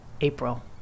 April